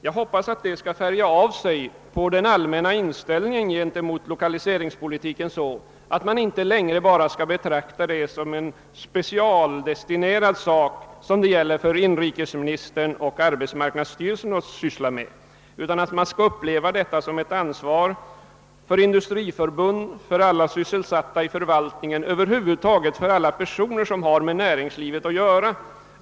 Jag hoppas också att det skall färga av sig på den allmänna inställningen till lokaliseringspolitiken, så att man inte längre bara skall betrakta den som en specialdestinerad uppgift för inrikesministern och arbetsmarknadsstyrelsen. Den skall i stället upplevas som ett ansvar för Industriförbundet, för alla sysselsatta i förvaltningen och över huvud taget för alla de personer som har med näringslivet att göra.